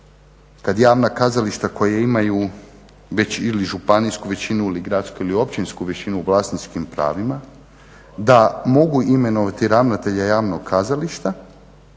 kad javna kazališta koja imaju već ili županijsku većinu ili gradsku ili općinsku većinu u vlasničkim pravima da mogu imenovati ravnatelja javnog kazališta